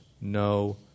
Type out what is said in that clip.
no